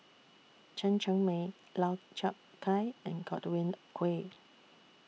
Chen Cheng Mei Lau Chiap Khai and Godwin Koay